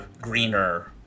greener